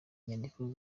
nyandiko